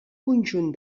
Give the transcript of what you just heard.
conjunt